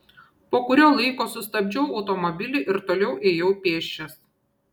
po kurio laiko sustabdžiau automobilį ir toliau ėjau pėsčias